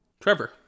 Trevor